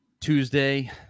Tuesday